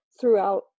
throughout